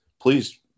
please